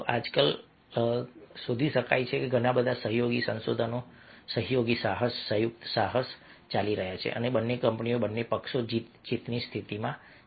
આજકાલ કોઈ શોધી શકે છે કે ઘણા બધા સહયોગી સંશોધન સહયોગી સાહસ સંયુક્ત સાહસો ચાલી રહ્યા છે અને બંને કંપનીઓ બંને પક્ષો જીત જીતની સ્થિતિમાં છે